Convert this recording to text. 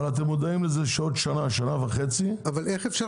אבל אתם מודעים לזה שעוד שנה,